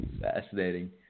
Fascinating